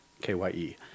K-Y-E